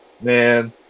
Man